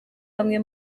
bamwe